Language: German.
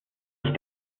ich